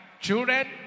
children